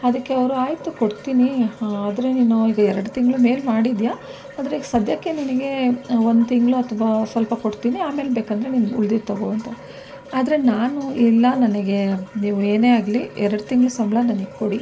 ಅದಕ್ಕೆ ಅವರು ಆಯಿತು ಕೊಡ್ತೀನಿ ಆದರೆ ನೀನು ಈಗ ಎರಡು ತಿಂಗಳ ಮೇಲೆ ಮಾಡಿದ್ದೀಯ ಆದರೆ ಈಗ ಸದ್ಯಕ್ಕೆ ನಿನಗೆ ಒಂದು ತಿಂಗ್ಳು ಅಥವಾ ಸ್ವಲ್ಪ ಕೊಡ್ತೀನಿ ಆಮೇಲೆ ಬೇಕಾದರೆ ನೀನು ಉಳ್ದಿದ್ದು ತೊಗೊ ಅಂತ ಆದರೆ ನಾನು ಇಲ್ಲ ನನಗೆ ನೀವು ಏನೇ ಆಗಲಿ ಎರಡು ತಿಂಗ್ಳು ಸಂಬಳ ನನಗೆ ಕೊಡಿ